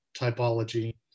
typology